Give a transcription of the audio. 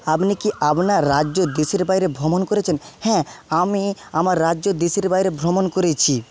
আপনি কি আপনার রাজ্য দেশের বাইরে ভ্রমণ করেছেন হ্যাঁ আমি আমার রাজ্য দেশের বাইরে ভ্রমণ করেছি